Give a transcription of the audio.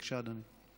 בבקשה, אדוני.